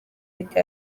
leta